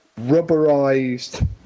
rubberized